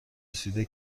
رسیده